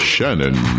Shannon